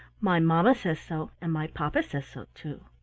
my mamma says so, and my papa says so too.